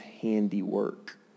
handiwork